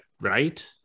right